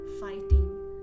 fighting